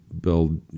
build